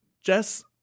Jess